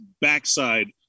backside